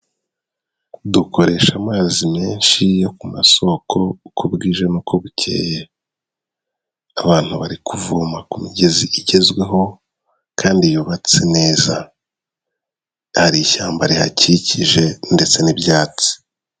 Dukoresha amazi menshi yo ku masoko uko bwije n'uko bukeye. Abantu bari kuvoma ku migezi igezweho kandi yubatse neza. Hari ishyamba rihakikije ndetse n'ibyatsi.